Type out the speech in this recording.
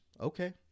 okay